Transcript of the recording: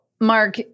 Mark